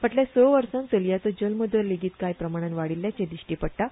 फाटल्या स वर्सात चलयांचो जल्म दर लेगीत कांय प्रमाणात वाडील्याचें दिश्टी पडटा